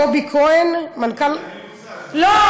קובי כהן, מנכ"ל, אין לי מושג, לא,